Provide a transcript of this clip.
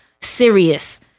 serious